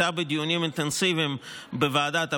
והייתה בדיונים אינטנסיביים בוועדת הפנים,